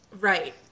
right